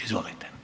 Izvolite.